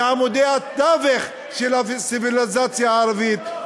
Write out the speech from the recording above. מעמודי התווך של הציוויליזציה הערבית.